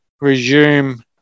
resume